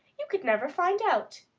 you could never find out.